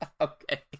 Okay